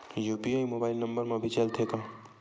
UPI mobile number मा भी चलते हे का?